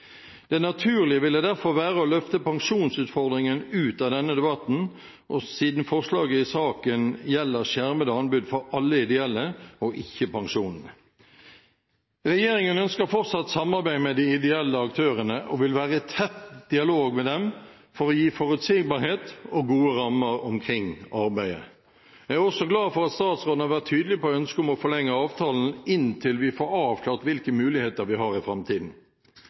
Det naturlige ville derfor være å løfte pensjonsutfordringen ut av denne debatten, siden forslaget i saken gjelder skjermede anbud for alle ideelle, og ikke pensjonene. Regjeringen ønsker fortsatt samarbeid med de ideelle aktørene og vil være i tett dialog med dem for å gi forutsigbarhet og gode rammer omkring arbeidet. Jeg er også glad for at statsråden har vært tydelig på ønsket om å forlenge avtalen inntil vi får avklart hvilke muligheter vi har i framtiden.